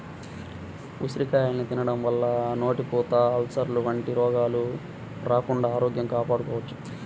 ఉసిరికాయల్ని తినడం వల్ల నోటిపూత, అల్సర్లు వంటి రోగాలు రాకుండా ఆరోగ్యం కాపాడుకోవచ్చు